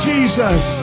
Jesus